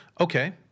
Okay